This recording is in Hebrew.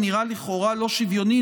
שנראה לכאורה לא שוויוני,